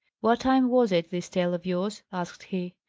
what time was it, this tale of yours? asked he.